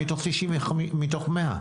מתוך מאה.